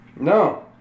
No